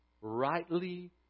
rightly